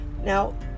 now